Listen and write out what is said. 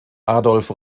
adolf